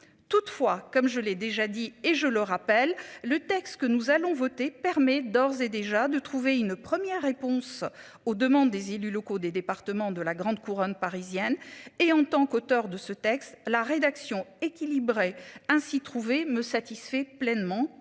Toutefois, comme je l'ai déjà dit et je le rappelle, le texte que nous allons voter permet d'ores et déjà, de trouver une première réponse aux demandes des élus locaux des départements de la grande couronne parisienne et en tant qu'auteur de ce texte la rédaction équilibrée ainsi trouver me satisfait pleinement